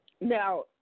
Now